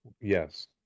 Yes